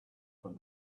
from